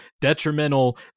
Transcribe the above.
detrimental